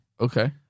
Okay